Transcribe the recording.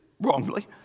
wrongly